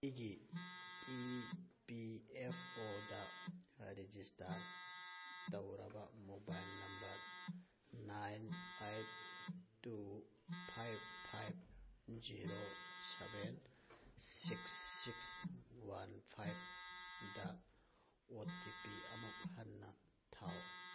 ꯑꯩꯒꯤ E P F ꯑꯣꯗ register ꯇꯧꯔꯕ mobile number nine eight two five five zero seven six six one five ꯗ O T P ꯑꯃꯨꯛ ꯍꯟꯅ ꯊꯥꯎ